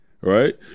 Right